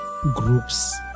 groups